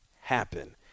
happen